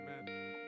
amen